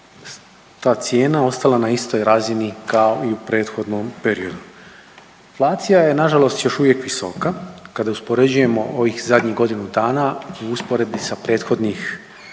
ta cijena ostala na istoj razini kao i u prethodnom periodu. Inflacija je nažalost još uvijek visoka kada je uspoređujemo ovih zadnjih godinu dana u usporedbi sa prethodnih 10.g.